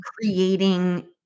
creating